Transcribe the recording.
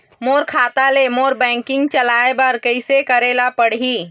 मोर खाता ले मोर बैंकिंग चलाए बर कइसे करेला पढ़ही?